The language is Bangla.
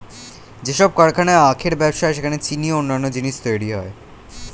যেসব কারখানায় আখের ব্যবসা হয় সেখানে চিনি ও অন্যান্য জিনিস তৈরি হয়